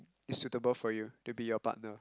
is suitable for you to be your partner